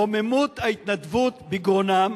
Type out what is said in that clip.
רוממות ההתנדבות בגרונם,